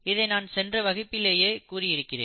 இதை நான் சென்ற வகுப்பிலேயே கூறியிருக்கிறேன்